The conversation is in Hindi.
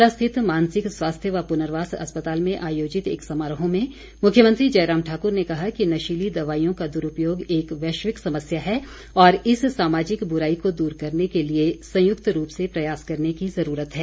शिमला स्थित मानसिक स्वास्थ्य व पूर्नवास अस्पताल में आयोजित एक समारोह में मुख्यमंत्री जयराम ठाकुर ने कहा कि नशीली दवाईयों का दुरूपयोग एक वैश्विक समस्या है और इस सामाजिक बुराई को दूर करने के लिए संयुक्त रूप से प्रयास करने की जरूरत है